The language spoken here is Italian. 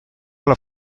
alla